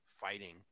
fighting